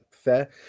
Fair